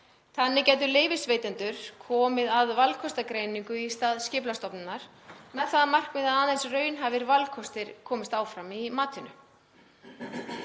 Þannig gætu leyfisveitendur komið að valkostagreiningu í stað Skipulagsstofnunar með það að markmiði að aðeins raunhæfir valkostir komist áfram í matinu.